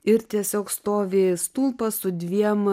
ir tiesiog stovi stulpas su dviem